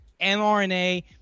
mRNA